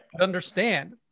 understand